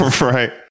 Right